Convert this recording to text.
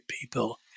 people